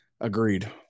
Agreed